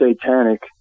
satanic